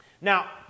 Now